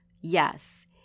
Yes